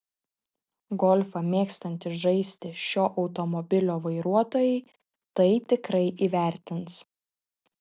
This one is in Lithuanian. golfą mėgstantys žaisti šio automobilio vairuotojai tai tikrai įvertins